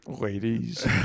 Ladies